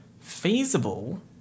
feasible